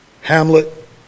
Hamlet